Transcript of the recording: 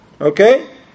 okay